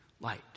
light